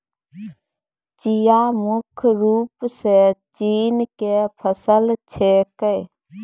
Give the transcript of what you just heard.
चिया मुख्य रूप सॅ चीन के फसल छेकै